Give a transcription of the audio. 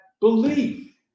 belief